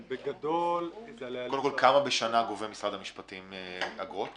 קודם כול כמה בשנה משרד המשפטים גובה אגרות